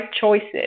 choices